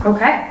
Okay